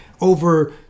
over